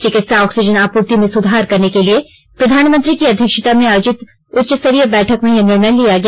चिकित्सा ऑक्सीजन आपूर्ति में सुधार करने के लिए प्रधानमंत्री की अध्यक्षता में आयोजित उच्चस्तरीय बैठक में यह निर्णय लिया गया